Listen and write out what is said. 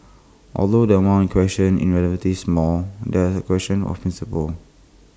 although the amount question in relatively small there is A question of principle